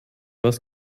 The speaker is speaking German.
was